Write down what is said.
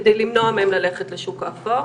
כדי למנוע מהם ללכת לשוק האפור?